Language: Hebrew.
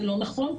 אינו נכון,